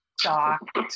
shocked